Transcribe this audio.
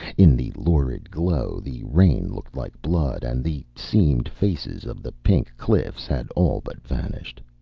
in the lurid glow the rain looked like blood, and the seamed faces of the pink cliffs had all but vanished.